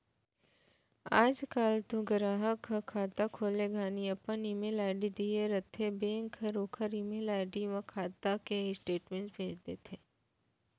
आज काल तो गराहक ह खाता खोले घानी अपन ईमेल आईडी दिए रथें बेंक हर ओकर ईमेल म खाता के स्टेटमेंट भेज देथे